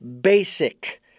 basic